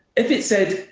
if it said,